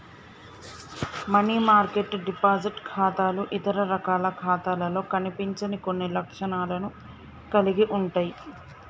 money market deposit ఖాతాలు ఇతర రకాల ఖాతాలలో కనిపించని కొన్ని లక్షణాలను కలిగి ఉంటయ్